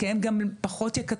כי הם גם פחות יקטרו,